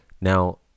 Now